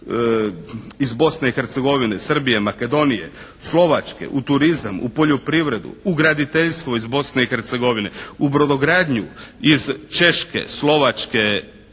iz Bosne i Hercegovine, Srbije, Makedonije, Slovačke u turizam, u poljoprivredu, u graditeljstvo iz Bosne i Hercegovine. U brodogradnju iz Češke, Slovačke,